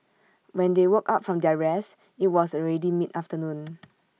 when they woke up from their rest IT was already mid afternoon